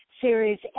series